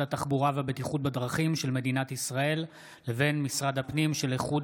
התחבורה והבטיחות בדרכים של מדינת ישראל לבין משרד הפנים של איחוד